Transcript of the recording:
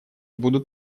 будут